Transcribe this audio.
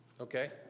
okay